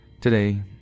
Today